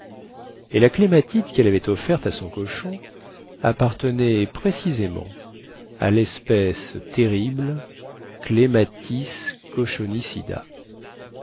et la clématite quelle avait offerte à son cochon appartenait précisément à lespèce terrible clematis